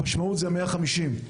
המספר החשוב הוא 150 אנשים.